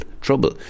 trouble